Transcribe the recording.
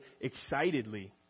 excitedly